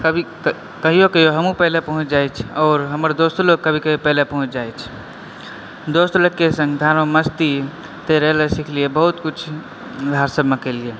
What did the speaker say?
कभी कहिओ कहिओ हमहुँ पहिले पहुँच जाइ छी आओर हमर दोस्तो लोग कभी कभी पहिले पहुँच जाय छै दोस्तलोगके सङ्ग धारमे मस्ती तैरयलऽ सिखलियै बहुत किछु धार सभमे केलियै